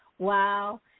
Wow